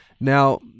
Now